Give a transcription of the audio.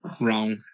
wrong